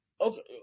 Okay